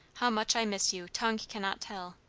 how much i miss you, tongue cannot tell.